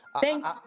Thanks